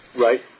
right